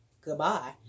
Goodbye